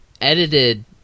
edited